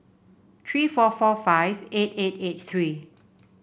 three four four five eight eight eight three